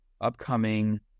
upcoming